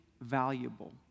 valuable